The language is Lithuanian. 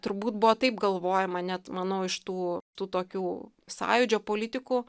turbūt buvo taip galvojama net manau iš tų tokių sąjūdžio politikų